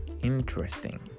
Interesting